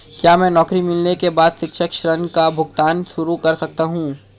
क्या मैं नौकरी मिलने के बाद शिक्षा ऋण का भुगतान शुरू कर सकता हूँ?